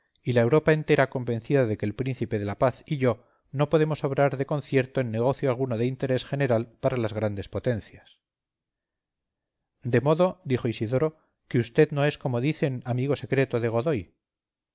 y la europa entera convencida de que el príncipe de la paz y yo no podemos obrar de concierto en negocio alguno de interés general para las grandes potencias de modo dijo isidoro que vd no es como dicen amigo secreto de godoy